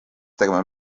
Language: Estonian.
tegema